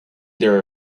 their